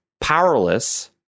powerless